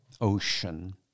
ocean